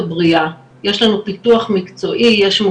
הזו הולך לעסוק בהנגשה של מבני דת ושירותי דת לאנשים עם